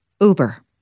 Uber